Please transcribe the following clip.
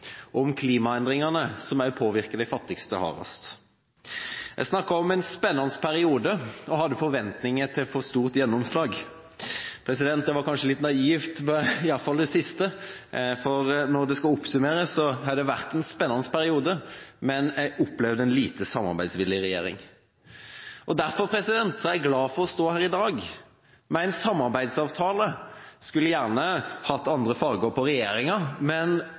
om klimaendringene, som også påvirker de fattigste hardest. Jeg snakket om en spennende periode og hadde forventninger til å få et stort gjennomslag. Jeg var kanskje litt naiv – iallfall med hensyn til det siste – for når det skal oppsummeres, så har det vært en spennende periode, men jeg opplevde en lite samarbeidsvillig regjering. Derfor er jeg glad for å stå her i dag med en samarbeidsavtale. Jeg skulle gjerne hatt andre farger på regjeringa, men